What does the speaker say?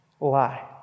Lie